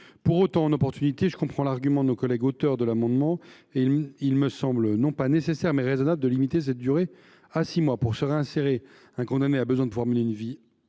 Pour autant, en opportunité, je comprends l’argument des auteurs de l’amendement, et il me semble non pas nécessaire, mais raisonnable de limiter cette durée à six mois : pour se réinsérer, un condamné a besoin de mener une vie